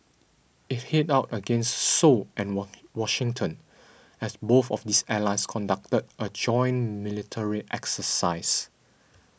it hit out against Seoul and what Washington as both of these allies conducted a joint military exercise